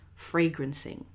fragrancing